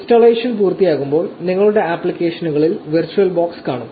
installation പൂർത്തിയാകുമ്പോൾ നിങ്ങളുടെ ആപ്ലിക്കേഷനുകളിൽ വെർച്വൽ ബോക്സ് കാണും